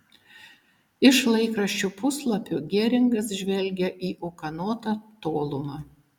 iš laikraščių puslapių geringas žvelgė į ūkanotą tolumą